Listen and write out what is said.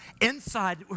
inside